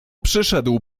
przyszedł